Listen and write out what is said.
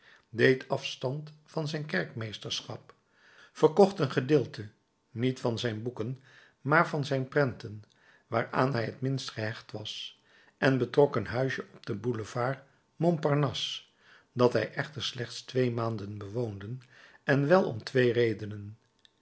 deed afstand van zijn kerkmeesterschap verkocht een gedeelte niet van zijn boeken maar van zijn prenten waaraan hij t minst gehecht was en betrok een huisje op den boulevard mont parnasse dat hij echter slechts twee maanden bewoonde en wel om twee redenen